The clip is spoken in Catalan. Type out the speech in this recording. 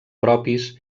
propis